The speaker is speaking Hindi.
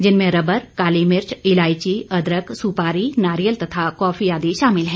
जिनमें रबर काली मिर्च इलायची अदरक सुपारी नारियल तथा कॉफी आदि हैं